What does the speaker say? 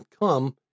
come